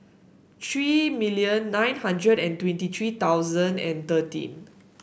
three million nine hundred and twenty three thousand and thirteen